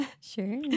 Sure